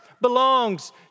belongs